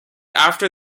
after